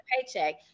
paycheck